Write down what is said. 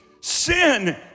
Sin